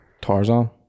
Tarzan